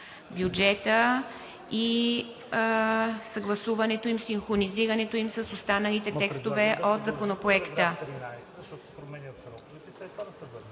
бюджета, съгласуването им, синхронизирането им с останалите текстове от Законопроекта.